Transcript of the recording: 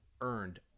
earned